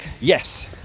Yes